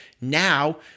Now